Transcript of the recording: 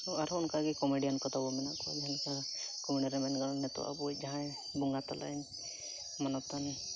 ᱟᱨᱦᱚᱸ ᱚᱱᱠᱟᱜᱮ ᱠᱚᱢᱮᱰᱤᱭᱟᱱ ᱠᱚ ᱛᱟᱵᱚᱱ ᱢᱮᱱᱟᱜ ᱠᱚᱣᱟ ᱡᱟᱦᱟᱸ ᱞᱮᱠᱟ ᱠᱚᱢᱮᱰᱤᱭᱟᱱ ᱨᱮ ᱢᱮᱱ ᱜᱟᱱᱚᱜᱼᱟ ᱱᱤᱛᱚᱜ ᱟᱵᱚᱭᱤᱡ ᱡᱟᱦᱟᱭ ᱵᱚᱸᱜᱟ ᱛᱟᱞᱟᱭᱮᱱ ᱢᱟᱱᱚᱛᱟᱱ